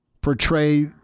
Portray